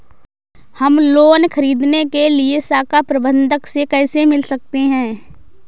हम लोन ख़रीदने के लिए शाखा प्रबंधक से कैसे मिल सकते हैं?